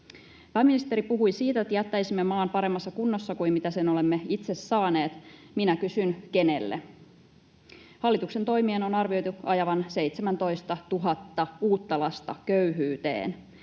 Pääministeri puhui siitä, että jättäisimme maan paremmassa kunnossa kuin sen olemme itse saaneet. Minä kysyn: kenelle? Hallituksen toimien on arvioitu ajavan 17 000 uutta lasta köyhyyteen.